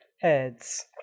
heads